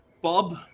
Bob